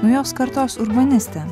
naujos kartos urbanistė